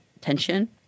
tension